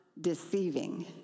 deceiving